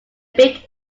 big